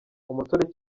umusore